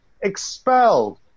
expelled